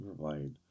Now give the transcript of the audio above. provide